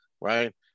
right